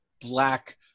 black